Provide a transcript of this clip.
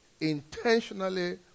intentionally